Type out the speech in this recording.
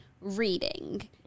reading